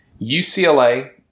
UCLA